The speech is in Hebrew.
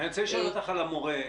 אני רוצה לשאול אותך על המורה.